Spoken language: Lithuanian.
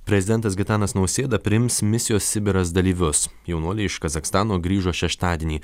prezidentas gitanas nausėda priims misijos sibiras dalyvius jaunuoliai iš kazachstano grįžo šeštadienį